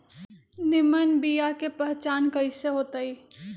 निमन बीया के पहचान कईसे होतई?